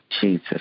Jesus